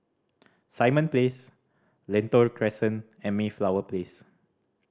Simon Place Lentor Crescent and Mayflower Place